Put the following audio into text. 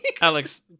Alex